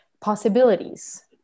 possibilities